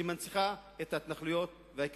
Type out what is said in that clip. שמנציחה את ההתנחלויות ואת הכיבוש.